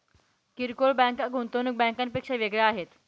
किरकोळ बँका गुंतवणूक बँकांपेक्षा वेगळ्या आहेत